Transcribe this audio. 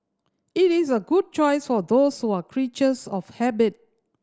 it is a good choice for those who are creatures of habit